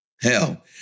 Hell